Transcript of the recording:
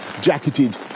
jacketed